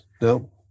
No